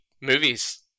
movies